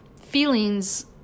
feelings